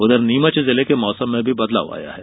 उधर नीमच जिले के मौसम में भी बदलाव आया है